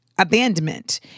Abandonment